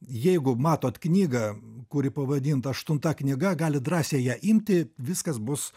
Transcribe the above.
jeigu matot knygą kuri pavadinta aštunta knyga galit drąsiai ją imti viskas bus